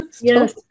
Yes